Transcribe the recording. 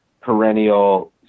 perennial